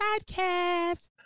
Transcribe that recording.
podcast